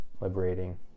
liberating